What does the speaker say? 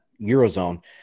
Eurozone